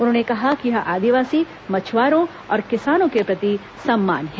उन्होंने कहा कि यह आदिवासी मछुआरों और किसानों के प्रति सम्मान है